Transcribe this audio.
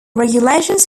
regulations